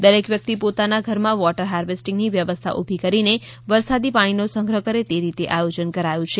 દરેક વ્યક્તિ પોતાના ઘરમાં વોટર હાર્વેસ્ટિંગની વ્યવસ્થા ઉભી કરીને વરસાદી પાણીનો સંગ્રહ કરે તે રીતે આયોજન કરાયુ છે